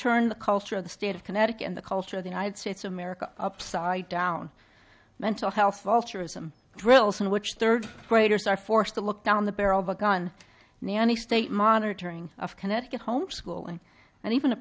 turned the culture of the state of connecticut and the culture of the united states of america upside down mental health vultures and drills in which third graders are forced to look down the barrel of a gun nanny state monitoring of connecticut home schooling and even a